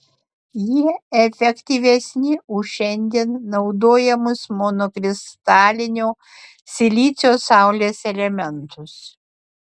jie efektyvesni už šiandien naudojamus monokristalinio silicio saulės elementus